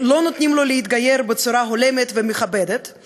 לא נותנים לו להתגייר בצורה הולמת ומכבדת,